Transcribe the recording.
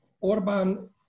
Orban